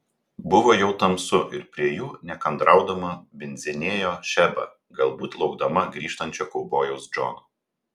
buvo jau tamsu ir prie jų nekantraudama bindzinėjo šeba galbūt laukdama grįžtančio kaubojaus džono